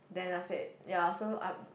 then after that ya so I